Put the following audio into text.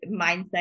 mindset